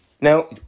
Now